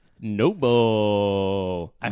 Noble